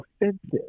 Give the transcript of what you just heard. offensive